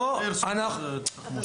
לא איירסופט.